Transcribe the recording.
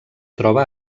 troba